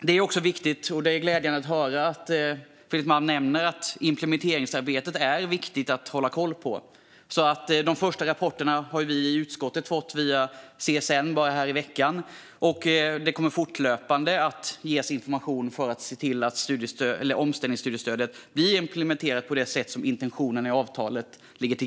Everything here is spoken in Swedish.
Det är glädjande att Fredrik Malm tycker att det är viktigt att hålla koll på implementeringsarbetet. De första rapporterna har vi i utskottet fått via CSN nu i veckan, och det kommer fortlöpande att ges information så att man kan se till att omställningsstudiestödet implementeras enligt intentionen i avtalet.